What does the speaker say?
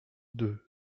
deux